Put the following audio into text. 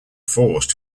forced